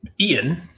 Ian